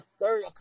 third